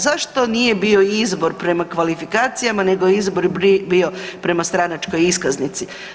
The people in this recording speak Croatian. Zašto nije bio izbor prema kvalifikacijama nego je izbor bio prema stranačkoj iskaznici?